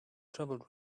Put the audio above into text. trouble